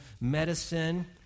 medicine